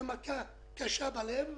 זה מכה קשה בלב,